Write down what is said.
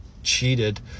cheated